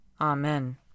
Amen